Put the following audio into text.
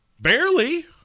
barely